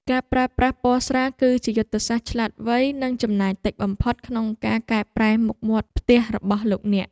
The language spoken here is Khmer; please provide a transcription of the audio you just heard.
ការប្រើប្រាស់ពណ៌ស្រាលគឺជាយុទ្ធសាស្ត្រឆ្លាតវៃនិងចំណាយតិចបំផុតក្នុងការកែប្រែមុខមាត់ផ្ទះរបស់លោកអ្នក។